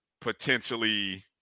potentially